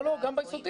לא, גם ביסודי.